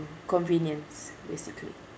convenience basically